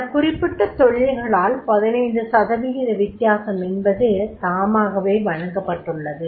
சில குறிப்பிட்ட தொழில்களால் 15 சதவீத வித்தியாசமென்பது தாமாகவே வழங்கப்பட்டுள்ளது